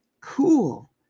Cool